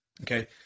Okay